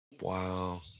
Wow